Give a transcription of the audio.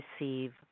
receive